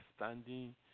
understanding